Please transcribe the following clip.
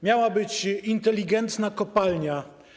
Miała być inteligentna kopalnia.